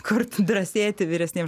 kurt drąsėti vyresniem ž